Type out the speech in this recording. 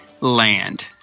land